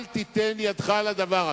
אל תיתן ידך לדבר הזה.